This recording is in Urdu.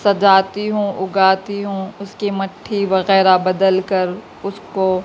سجاتی ہوں اگاتی ہوں اس کی مٹی وغیرہ بدل کر اس کو